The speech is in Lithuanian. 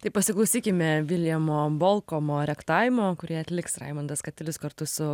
tai pasiklausykime viljamo volkomo rektaimo kurį atliks raimundas katilius kartu su